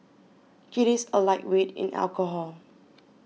he is a lightweight in alcohol